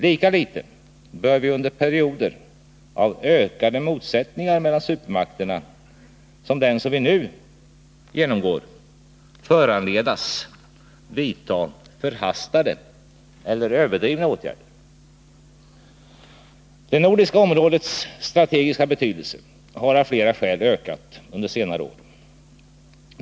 Lika litet bör vi under perioder av ökade motsättningar mellan supermakterna, som den vi nu genomgår, föranledas att vidta förhastade eller överdrivna åtgärder. Det nordiska områdets strategiska betydelse har av flera skäl ökat under senare år.